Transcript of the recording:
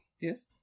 Yes